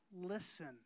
Listen